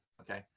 okay